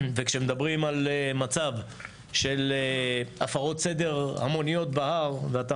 כשמדברים על מצב של הפרות סדר המוניות בהר ואתה